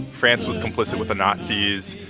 france was complicit with the nazis.